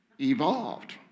evolved